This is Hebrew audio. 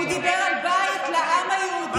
הוא דיבר על בית לעם היהודי,